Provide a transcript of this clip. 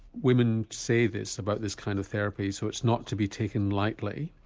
women say this about this kind of therapy so it's not to be taken lightly,